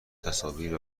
تصاویر